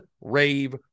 rave